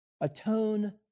atone